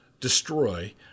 destroy